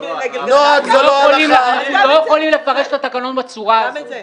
--- אנחנו לא יכולים לפרש את התקנון בצורה הזו.